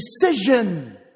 decision